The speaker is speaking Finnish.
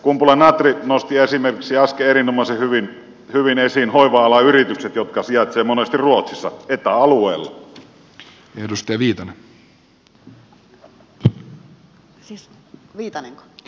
kumpula natri nosti esimerkiksi äsken erinomaisen hyvin esiin hoiva alan yritykset jotka sijaitsevat monesti ruotsissa eta alueella